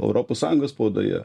europos sąjungos spaudoje